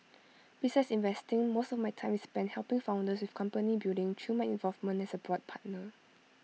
besides investing most of my time is spent helping founders with company building through my involvement as A board partner